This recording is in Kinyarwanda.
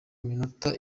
minota